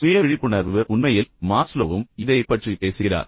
சுய விழிப்புணர்வு உண்மையில் மாஸ்லோவும் இதைப் பற்றி பேசுகிறார்